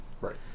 Right